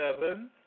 seven